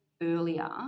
earlier